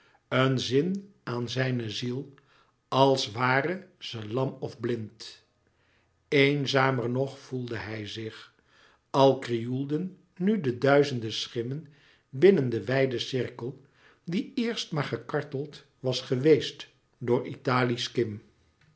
een zin aan zijne ziel als ware ze lam of blind eenzamer nog voelde hij zich al krioelden nu de duizende schimmen binnen den wijden louis couperus metamorfoze cirkel die eerst maar gekarteld was geweest door italië's kim